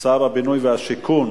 שר הבינוי והשיכון